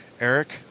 Eric